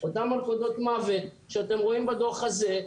אותן מלכודות מוות שאתם רואים בדוח הזה,